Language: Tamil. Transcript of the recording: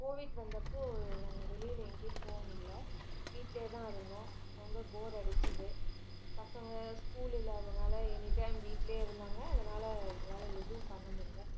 கோவிட் வந்தப்போது நாங்கள் வெளியில் எங்கேயும் போகமுல்ல வீட்டிலே தான் இருந்தோம் ரொம்ப ஃபோர் அடிச்சுது பசங்க ஸ்கூல் இல்லாததினால எனிடைம் வீட்டில் இருந்தாங்க அதனால எங்களால் ஏதும் பண்ணமுடில்ல